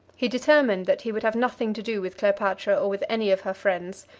he determined that he would have nothing to do with cleopatra or with any of her friends,